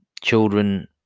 Children